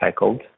recycled